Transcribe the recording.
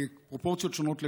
בפרופורציות שונות לגמרי.